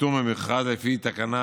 בפטור ממכרז, לפי תקנה